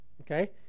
Okay